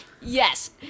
Yes